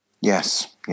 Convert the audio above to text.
Yes